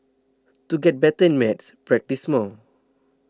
to get better at maths practise more